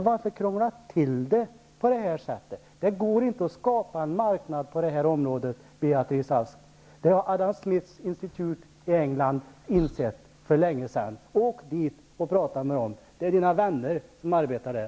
Varför krånglar man till det på detta sätt? Det går inte att skapa en marknad på det här området, Beatrice Ask. Det har Adam Smith's Institute i England insett för länge sedan. Åk dit och prata med dem -- det är Beatrice Asks vänner som arbetar där.